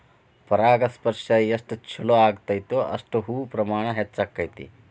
ಪರಾಗಸ್ಪರ್ಶ ಎಷ್ಟ ಚುಲೋ ಅಗೈತೋ ಅಷ್ಟ ಹೂ ಪ್ರಮಾಣ ಹೆಚ್ಚಕೈತಿ